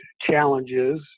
challenges